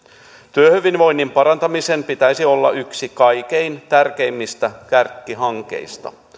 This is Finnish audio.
työhyvinvoinnin parantamisen pitäisi olla yksi kaikkein tärkeimmistä kärkihankkeista